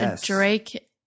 Drake